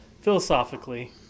Philosophically